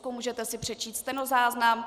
Můžete si přečíst stenozáznam.